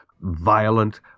violent